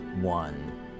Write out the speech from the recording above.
one